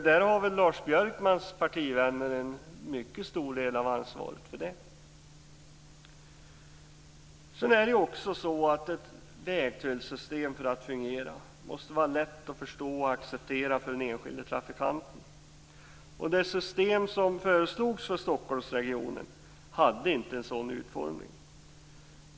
Där har Lars Björkmans partivänner ett mycket stor del av ansvaret. För att ett vägtullsystem skall fungera måste det vara lätt att förstå och acceptera av den enskilda trafikanten. Det system som föreslogs för Stockholmsregionen hade inte en sådan utformning.